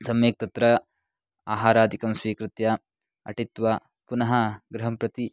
सम्यक् तत्र आहाराधिकं स्वीकृत्य अटित्वा पुनः गृहं प्रति